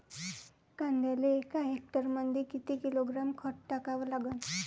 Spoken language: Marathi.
कांद्याले एका हेक्टरमंदी किती किलोग्रॅम खत टाकावं लागन?